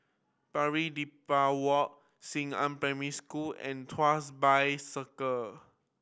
Pari Dedap Walk Xingnan Primary School and Tuas Bay Circle